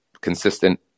consistent